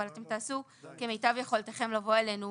אבל אתם תעשו כמיטב יכולתכם לבוא אלינו